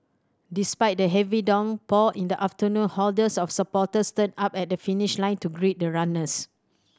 despite the heavy downpour in the afternoon hordes of supporters turned up at the finish line to greet the runners